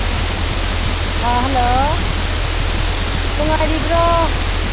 hello ꯅꯨꯡꯉꯥꯏꯔꯤꯕ꯭ꯔꯣ